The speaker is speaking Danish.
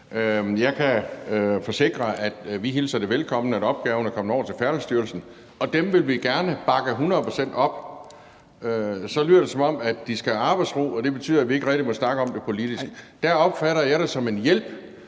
Jeg kan forsikre, at vi hilser det velkommen, at opgaven er kommet over til Færdselsstyrelsen, og dem vil vi gerne bakke hundrede procent op. Så lyder det, som om de skal have arbejdsro, og det betyder, at vi ikke rigtig må snakke om det politisk; der opfatter jeg det som en hjælp